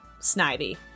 Snivy